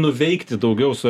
nuveikti daugiau su